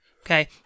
Okay